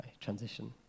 transition